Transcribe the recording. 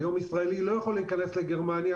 והיום ישראלי לא יכול להיכנס לגרמניה